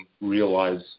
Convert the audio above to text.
realize